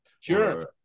sure